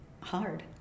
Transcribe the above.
hard